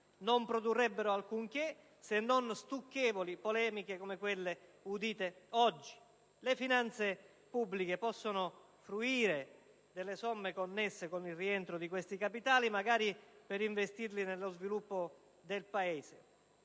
non produrrebbero alcunché, se non stucchevoli polemiche come quelle udite oggi. Le finanze pubbliche possono fruire delle somme connesse con il rientro di questi capitali, magari per investirle nello sviluppo del Paese.